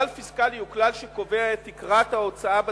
כלל פיסקלי הוא כלל שקובע את תקרת ההוצאה בתקציב,